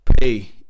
Pay